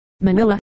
Manila